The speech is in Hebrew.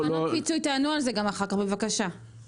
תענו בבקשה על תקנות הפיצוי.